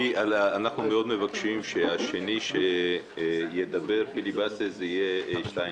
אנחנו מאוד מבקשים שהשני שידבר בפיליבסטר יהיה שטייניץ.